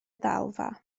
ddalfa